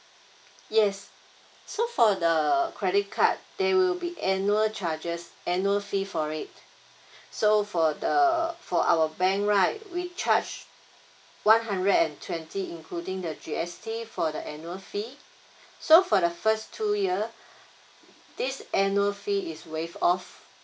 yes so for the credit card there will be annual charges annual fee for it so for the uh for our bank right we charge one hundred and twenty including the G_S_T for the annual fee so for the first two years this annual fee is waived off